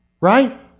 right